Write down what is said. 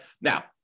Now